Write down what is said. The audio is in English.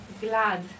glad